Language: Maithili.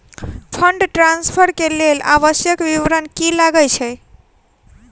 फंड ट्रान्सफर केँ लेल आवश्यक विवरण की की लागै छै?